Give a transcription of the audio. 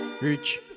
Rich